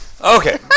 Okay